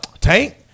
tank